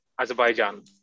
Azerbaijan